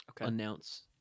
announce